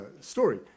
story